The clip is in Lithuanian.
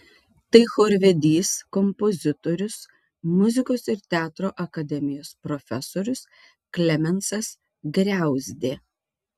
tai chorvedys kompozitorius muzikos ir teatro akademijos profesorius klemensas griauzdė